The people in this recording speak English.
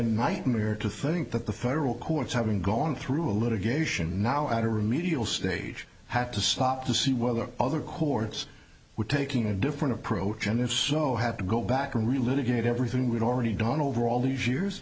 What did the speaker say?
nightmare to think that the federal courts having gone through litigation now at a remedial stage have to stop to see whether other courts were taking a different approach and if so have to go back and relive again everything we've already done over all these years